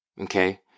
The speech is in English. okay